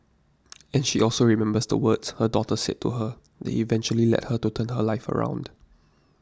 and she also remembers the words her daughter said to her that eventually led her to turn her life around